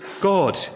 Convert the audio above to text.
god